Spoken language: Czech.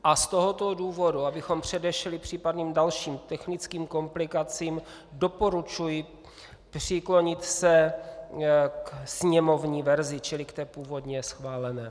A z tohoto důvodu, abychom předešli případným dalším technickým komplikacím, doporučuji přiklonit se ke sněmovní verzi, čili k té původně schválené.